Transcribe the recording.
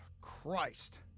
Christ